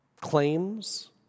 claims